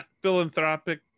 philanthropic